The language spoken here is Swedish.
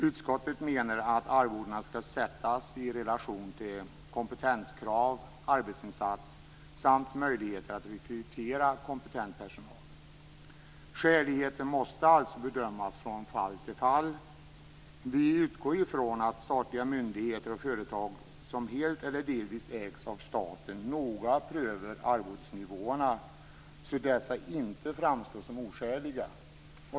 Utskottet menar att arvodena skall sättas i relation till kompetenskrav, arbetsinsats samt möjligheter att rekrytera kompetent personal. Skäligheten måste alltså bedömas från fall till fall. Vi utgår från att statliga myndigheter och företag som helt eller delvis ägs av staten noga prövar arvodsnivåerna så att dessa inte framstår som oskäliga.